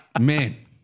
man